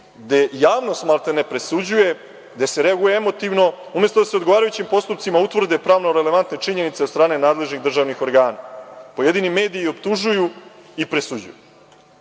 gde javnost maltene presuđuje, gde se reaguje emotivno, umesto da se u odgovarajućim postupcima utvrde pravno relevantne činjenice od strane nadležnih državnih organa, pojedini mediji optužuju i presuđuju. Posebno